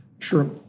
Sure